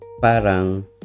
parang